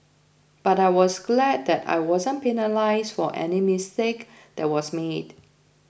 but I was glad that I wasn't penalised for any mistake that was made